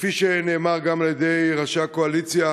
וכפי שנאמר גם על-ידי הקואליציה,